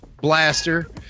blaster